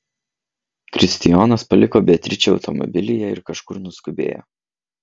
kristijonas paliko beatričę automobilyje ir kažkur nuskubėjo